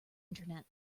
internet